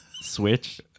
switch